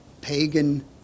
pagan